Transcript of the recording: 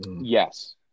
yes